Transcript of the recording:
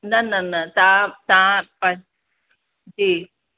न न न तव्हां तव्हां प जी